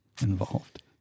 involved